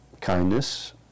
kindness